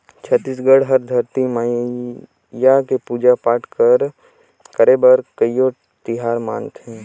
छत्तीसगढ़ हर धरती मईया के पूजा पाठ करे बर कयोठन तिहार मनाथे